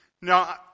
Now